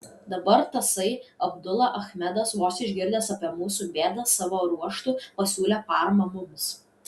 dabar tasai abdula achmedas vos išgirdęs apie mūsų bėdą savo ruožtu pasiūlė paramą mums